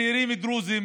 צעירים דרוזים